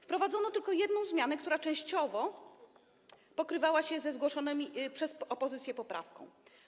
Wprowadzono tylko jedną zmianę, która częściowo pokrywała się ze zgłoszoną przez opozycję poprawką.